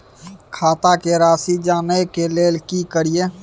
खाता के राशि जानय के लेल की करिए?